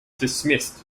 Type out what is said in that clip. dismissed